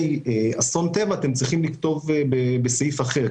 אסון טבע אתם צריכים לכתוב בסעיף אחר.